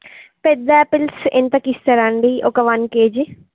పెద్ద ఆపిల్స్ ఎంతకి ఇస్తారండి ఒక వన్ కేజీ